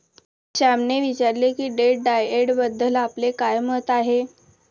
श्यामने विचारले की डेट डाएटबद्दल आपले काय मत आहे?